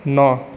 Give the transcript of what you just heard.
ନଅ